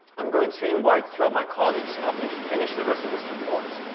i'm going to invite two of my colleagues to help me finish the rest of this report.